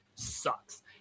sucks